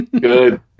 Good